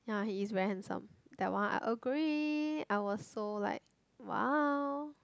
ya he is very handsome that one I agree I was so like !wow!